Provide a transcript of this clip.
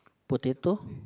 potato